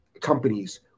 companies